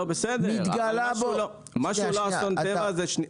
בסדר, אבל מה שהוא לא אסון טבע --- שנייה.